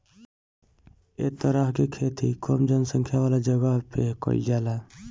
ए तरह के खेती कम जनसंख्या वाला जगह पे कईल जाला